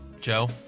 Joe